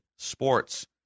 sports